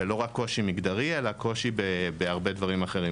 ולא רק קושי מגדרי אלא קושי בהרבה דברים אחרים.